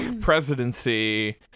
presidency